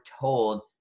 told